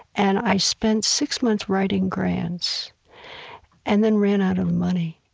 and i spent six months writing grants and then ran out of money.